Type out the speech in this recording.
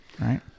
right